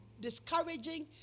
discouraging